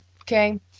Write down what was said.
okay